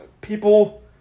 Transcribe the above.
people